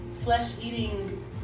flesh-eating